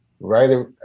right